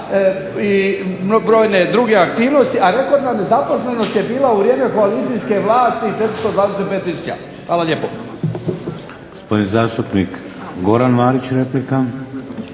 i brojne druge aktivnosti. A rekordna nezaposlenost je bila u vrijeme koalicijske vlasti, 425 tisuća. Hvala lijepo.